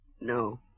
No